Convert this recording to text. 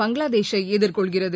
பங்களாதேஷை எதிர்கொள்கிறது